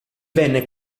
venne